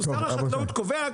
שר החקלאות קובע,